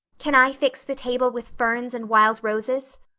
can i fix the table with ferns and wild roses?